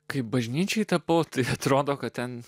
kaip bažnyčiai tapo tai atrodo kad ten